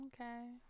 okay